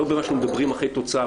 לא במה שאנחנו מדברים אחרי תוצאה,